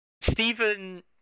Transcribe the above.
Stephen